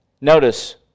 notice